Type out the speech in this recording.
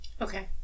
Okay